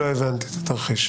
לא הבנתי את התרחיש.